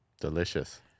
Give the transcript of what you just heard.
Delicious